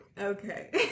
Okay